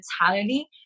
mentality